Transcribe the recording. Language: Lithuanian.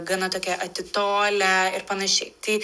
gana tokie atitolę ir panašiai tai